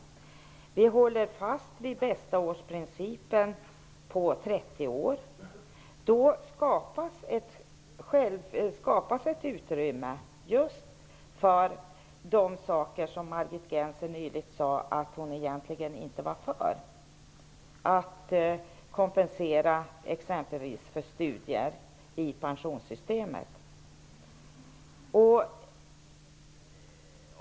Vi håller fast vid bästaårsprincipen på 30 år. Då skapas ett utrymme för just de saker som Margit Gennser nyligen sade att hon egentligen inte var för, som att kompensera för exempelvis studier i pensionssystemet.